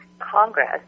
Congress